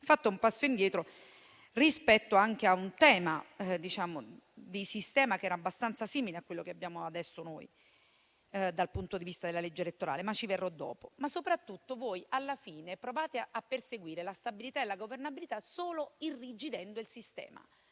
fatto un passo indietro, rispetto anche a un tema di sistema che era abbastanza simile a quello che abbiamo adesso di fronte dal punto di vista della legge elettorale. Su questo però tornerò dopo. Alla fine voi provate a perseguire la stabilità e la governabilità solo irrigidendo il sistema,